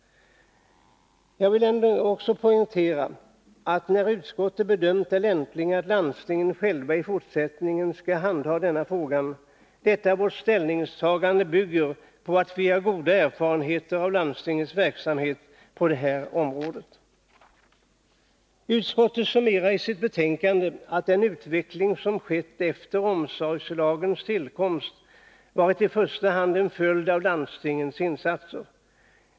Jag vill också poängtera att när utskottet bedömt det lämpligt att landstingen själva i fortsättningen skall handha denna fråga, bygger detta vårt ställningstagande på att vi har goda erfarenheter av landstingens verksamhet på det här området. Utskottet summerar i sitt betänkande att den utveckling som skett efter omsorgslagens tillkomst i första hand varit en följd av landstingens insatser.